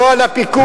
לא על הפיקוח,